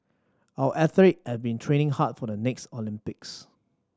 our athlete have been training hard for the next Olympics